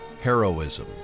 heroism